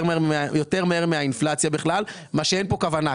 מהר מהאינפלציה בכלל מה שאין פה כוונה.